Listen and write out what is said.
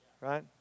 Right